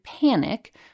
panic